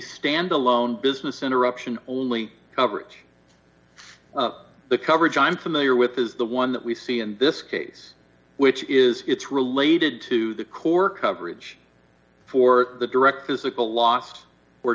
standalone business interruption only coverage the coverage i'm familiar with is the one that we see in this case which is it's related to the core coverage for the direct physical lost or